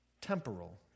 temporal